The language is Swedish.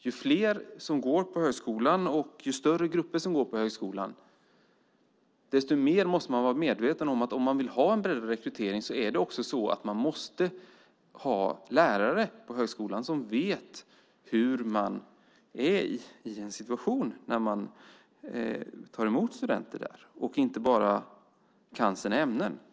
Ju större grupper som går på högskolan, desto mer medveten måste man vara om att om man vill ha en breddad rekrytering måste man ha lärare på högskolan som vet hur de ska ta emot studenter där, att de inte bara kan sina ämnen.